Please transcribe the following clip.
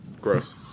Gross